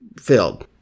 filled